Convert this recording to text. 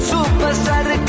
Superstar